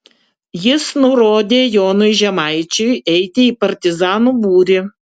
jis nurodė jonui žemaičiui eiti į partizanų būrį